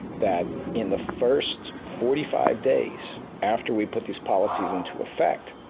that in the first forty five days, after we put these policies into effect,